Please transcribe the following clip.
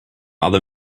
other